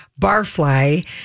Barfly